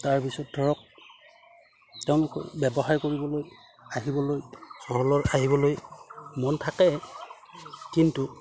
তাৰপিছত ধৰক একদম ব্যৱসায় কৰিবলৈ আহিবলৈ চহৰলৈ আহিবলৈ মন থাকে কিন্তু